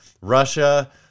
russia